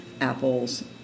apples